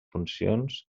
funcions